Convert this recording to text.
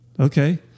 Okay